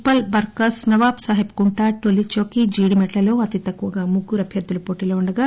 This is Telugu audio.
ఉప్పల్ బార్కాస్ నవాబ్ సాహెబ్ కుంట టోలీచౌకి జీడిమెట్లలో అతి తక్కువగా ముగ్గురు అభ్యర్థులు పోటీలో ఉండగా